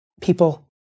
people